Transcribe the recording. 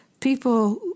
People